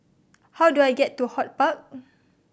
how do I get to HortPark